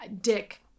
Dick